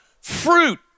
Fruit